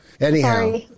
anyhow